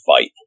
fight